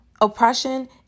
oppression